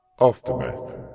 Aftermath